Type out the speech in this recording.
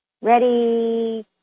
Ready